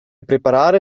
preparare